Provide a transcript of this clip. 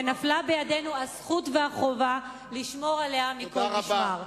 ונפלו בידינו הזכות והחובה לשמור עליה מכל משמר.